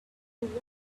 you